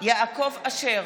יעקב אשר,